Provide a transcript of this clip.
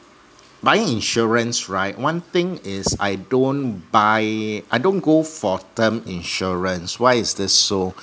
buying insurance right one thing is I don't buy I don't go for term insurance why is this so